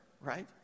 right